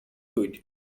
could